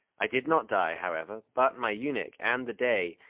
i did not die, however, but my eunuch, and the dey,